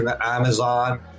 Amazon